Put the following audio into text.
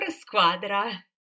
squadra